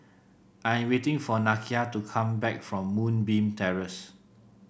I'm waiting for Nakia to come back from Moonbeam Terrace